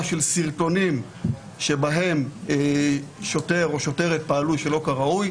של סרטונים שבהם שוטר או שוטרת פעלו שלא כראוי,